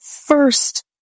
first